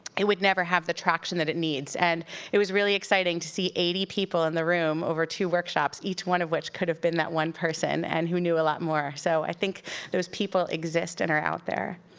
it would never have the traction that it needs. and it was really exciting to see eighty people in the room over two workshops, each one of which could have been that one person, and who knew a lot more, so i think those people exist and are out there.